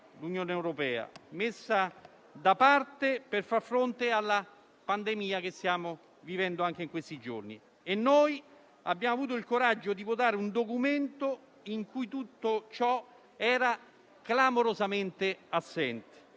l'Unione europea, che è stato messo da parte per far fronte alla pandemia che stiamo vivendo anche in questi giorni. E noi abbiamo avuto il coraggio di votare un documento in cui tutto ciò era clamorosamente assente